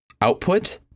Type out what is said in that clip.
output